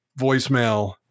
voicemail